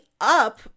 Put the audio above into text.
up